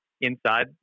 inside